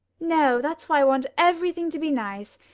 no, that's why i want everything to be nice.